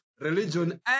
Religion